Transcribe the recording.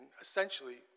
essentially